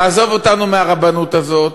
תעזוב אותנו מהרבנות הזאת,